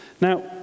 Now